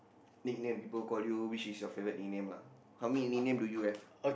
nickname people call you which is your favourite nickname lah how many nickname do you have